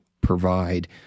provide